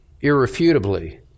irrefutably